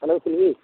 hello Sibi